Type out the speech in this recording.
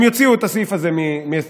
הם יוציאו את הסעיף הזה מהעבירה,